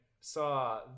saw